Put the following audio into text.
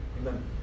Amen